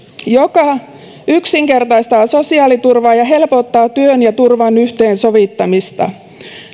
joka yksinkertaistaa sosiaaliturvaa ja helpottaa työn ja turvan yhteensovittamista